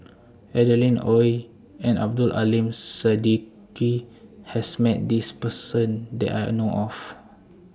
Adeline Ooi and Abdul Aleem Siddique has Met This Person that I know of